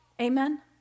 Amen